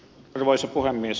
arvoisa puhemies